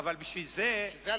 אבל בשביל זה,